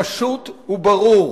פשוט וברור,